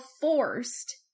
forced